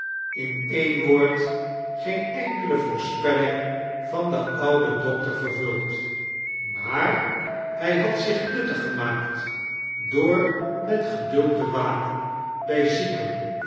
in een woord geen enikele voorspelling van den ouden doctor vearvuld maar hij had zidh nuttag gemaakt door met geduld te waken bij zieken